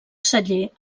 celler